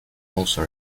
also